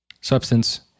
substance